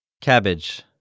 Cabbage